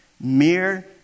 Mere